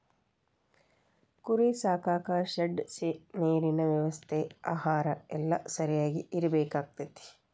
ಕುರಿ ಸಾಕಾಕ ಶೆಡ್ ನೇರಿನ ವ್ಯವಸ್ಥೆ ಆಹಾರಾ ಎಲ್ಲಾ ಸರಿಯಾಗಿ ಇರಬೇಕಕ್ಕತಿ